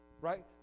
Right